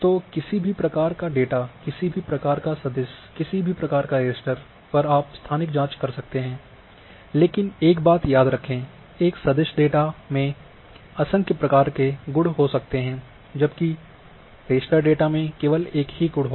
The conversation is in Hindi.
तो किसी भी प्रकार का डेटा किसी भी प्रकार का सदिश किसी भी प्रकार का रास्टर पर आप स्थानिक जाँच कर सकते हैं लेकिन एक बात याद रखें एक सदिश डेटा में असंख्य प्रकार के गुण हो सकते है जबकि रास्टर डेटा में केवल एक ही गुण होगा